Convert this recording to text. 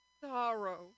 Sorrow